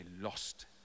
lost